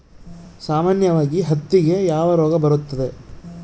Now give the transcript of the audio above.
ಸಾಮಾನ್ಯವಾಗಿ ಹತ್ತಿಗೆ ಯಾವ ರೋಗ ಬರುತ್ತದೆ?